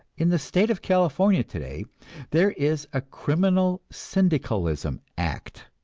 in the state of california today there is a criminal syndicalism act,